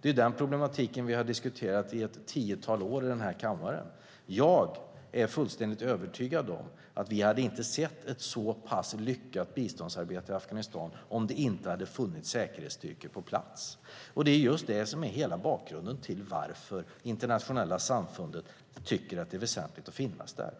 Det är denna problematik vi har diskuterat i ett tiotal år i denna kammare. Jag är fullständigt övertygad om att vi inte hade sett ett så pass lyckat biståndsarbete i Afghanistan om det inte hade funnits säkerhetsstyrkor på plats. Det är just det som är hela bakgrunden till varför det internationella samfundet tycker att det är väsentligt att finnas där.